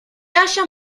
halla